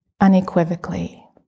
unequivocally